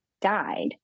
died